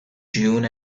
june